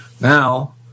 Now